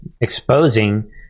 exposing